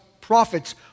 prophets